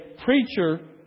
preacher